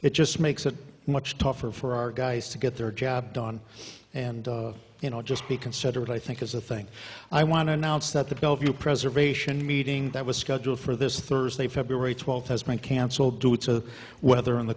it just makes it much tougher for our guys to get their job done and you know just be considerate i think is the thing i want to announce that the gulf you preservation meeting that was scheduled for this thursday february twelfth has been cancelled due to weather in the